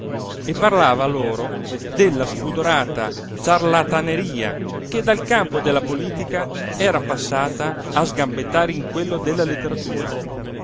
e parlava loro della spudorata ciarlataneria che dal campo della politica era passata a sgambettare in quello della letteratura